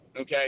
Okay